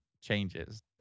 changes